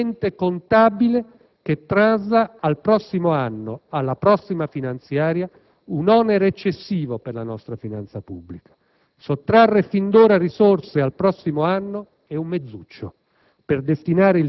è un espediente contabile che trasla al prossimo anno, alla prossima finanziaria, un onere eccessivo per la nostra finanza pubblica. Sottrarre fin d'ora risorse al prossimo anno è un mezzuccio